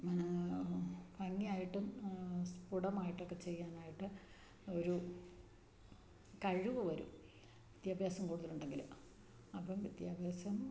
ഭംഗിയായിട്ടും സ്പുടമായിട്ടൊക്കെ ചെയ്യാനായിട്ട് ഒരു കഴിവു വരും വിദ്യാഭ്യാസം കൂടുതലുണ്ടെങ്കില് അപ്പോള് വിദ്യാഭ്യാസം